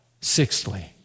Sixthly